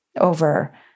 over